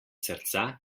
srca